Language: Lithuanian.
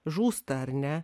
žūsta ar ne